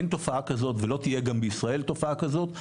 אין תופעה כזאת ולא תהיה גם בישראל תופעה כזאת.